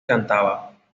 cantaba